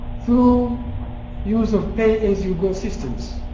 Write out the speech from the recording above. through use of pay as you go systems,